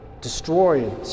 destroy